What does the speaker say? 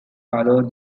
followed